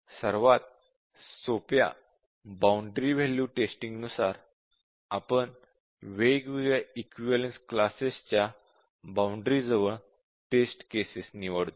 सर्वात सोप्या boundary value testing नुसार आपण वेगवेगळ्या इक्विवलेन्स क्लासेसच्या बाउंडरी जवळ टेस्ट केसेस निवडतो